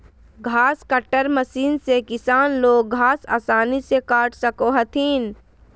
घास cutter machine से किसान लोग घास आसानी से काट सको हथिन